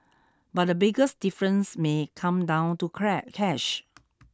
but the biggest difference may come down to cash